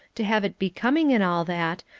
to have it becoming and all that,